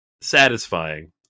satisfying